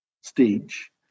stage